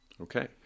Okay